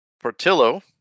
Portillo